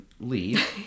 leave